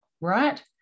right